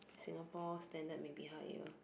Singapore standard maybe higher